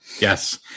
yes